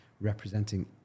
representing